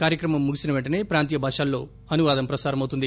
కార్యక్రమం ముగిసిన పెంటనే ప్రాంతీయ భాషల్లో అనువాదం ప్రసారం అవుతుంది